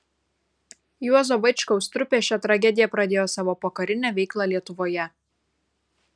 juozo vaičkaus trupė šia tragedija pradėjo savo pokarinę veiklą lietuvoje